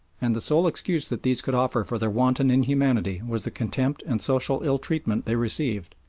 and the sole excuse that these could offer for their wanton inhumanity was the contempt and social ill-treatment they received,